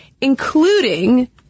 including